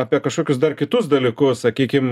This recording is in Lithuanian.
apie kašokius dar kitus dalykus sakykim